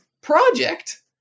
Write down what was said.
Project